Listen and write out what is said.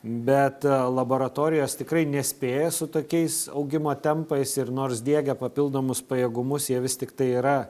bet laboratorijos tikrai nespėja su tokiais augimo tempais ir nors diegia papildomus pajėgumus jie vis tiktai yra